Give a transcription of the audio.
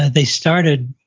they started,